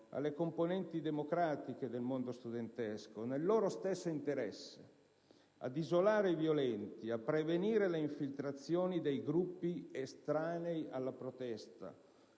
alle componenti democratiche del mondo studentesco, nel loro stesso interesse, ad isolare i violenti, a prevenire le infiltrazioni dei gruppi estranei alla protesta,